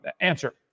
answer